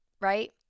right